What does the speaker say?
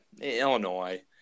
Illinois